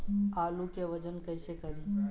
आलू के वजन कैसे करी?